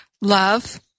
love